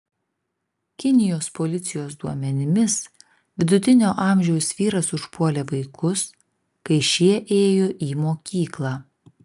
kinijos policijos duomenimis vidutinio amžiaus vyras užpuolė vaikus kai šie ėjo į mokyklą